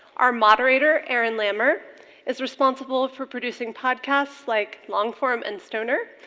our moderator aaron lammer is responsible for producing podcasts like longform and stoner.